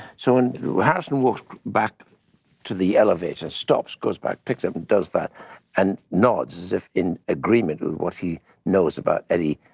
so when harrison walks back to the elevator, stops, goes back, picks it up and does that and nods as if in agreement with what he knows about eddie.